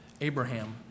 Abraham